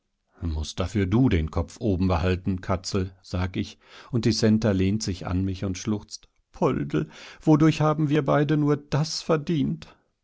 mußt dafür du den kopf oben behalten katzel sag ich und die centa lehnt sich an mich und schluchzt poldl wodurch haben wir beide nur das verdient